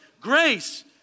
Grace